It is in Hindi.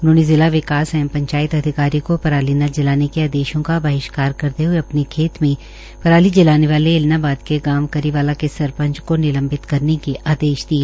उन्होंने जिला विकास एवं पंचायत अधिकारी को पराली न जलाने के आदेशों का बहिष्कार करते हुए अपने खेत में पराली जलाने वाले ऐलनाबाद के गांव करीवाला के सरपंच को निलबित करने के आदेश दिए